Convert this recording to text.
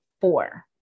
four